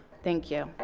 thank you.